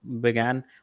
began